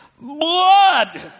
blood